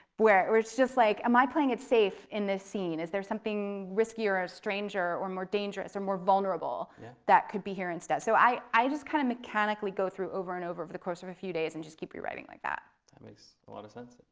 where it's just like am i playing it safe in this scene? is there something riskier, or stranger, or more dangerous, or more vulnerable that could be here instead? so i i kind of mechanically go through over and over for the course of a few days and just keep rewriting like that. that makes a lot of sense.